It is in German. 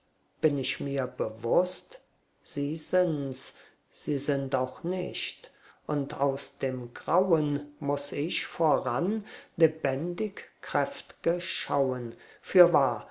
bin ich mir bewußt sie sind's sie sind auch nicht und aus dem grauen muß ich voran lebendig kräft'ge schauen fürwahr